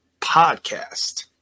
Podcast